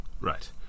Right